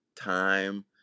time